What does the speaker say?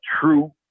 true